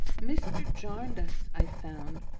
mr. jarndyce, i found,